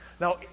Now